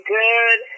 good